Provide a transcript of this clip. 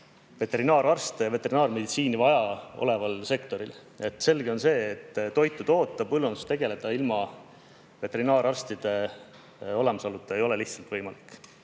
veterinaararste ja veterinaarmeditsiini vajavale sektorile. Selge on see, et toitu toota ja põllundusega tegeleda ilma veterinaararstide olemasoluta ei ole lihtsalt võimalik.